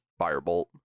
Firebolt